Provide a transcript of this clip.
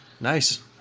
Nice